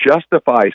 justify